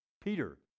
Peter